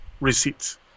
receipts